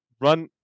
Run